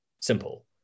simple